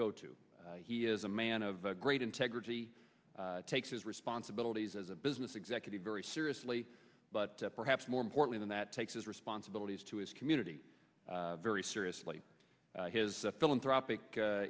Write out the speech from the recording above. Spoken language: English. go to he is a man of great integrity take his responsibilities as a business executive very seriously but perhaps more important than that takes his responsibilities to his community very seriously his philanthropic